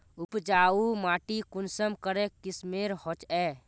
उपजाऊ माटी कुंसम करे किस्मेर होचए?